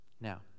Now